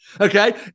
Okay